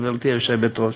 גברתי היושבת-ראש.